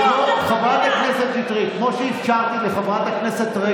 כמו שאמרתי לחברי גפני,